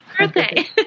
birthday